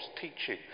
teaching